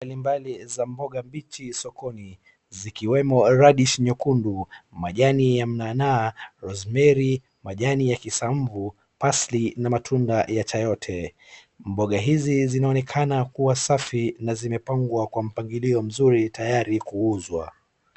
Mbali mbali za mboga mbichi sokoni zikiweo raddish nyekundu, majani ya mnaana, rosemary , majani ya kisambu, parsley na matunda ya chayote, mboga hizi zinaonekana kuwa safi na zimepangwa kwa mpangilio mzuri tayari kuuzwa.